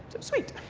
so sweet.